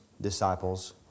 disciples